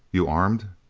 you armed?